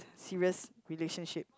serious relationship